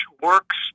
works